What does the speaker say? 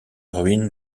ruine